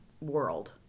world